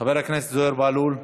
חבר הכנסת זוהיר בהלול.